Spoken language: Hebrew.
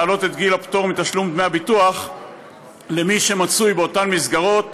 להעלות את גיל הפטור מתשלום דמי הביטוח למי שמצוי באותן מסגרות